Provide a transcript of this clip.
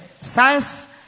Science